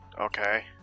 Okay